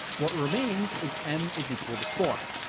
what remains is m is equal to four.